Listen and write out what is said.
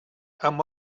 amb